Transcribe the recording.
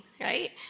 right